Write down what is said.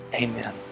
Amen